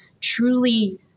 truly